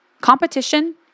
Competition